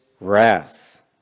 wrath